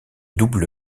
double